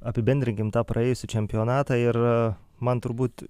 apibendrinkim tą praėjusį čempionatą ir man turbūt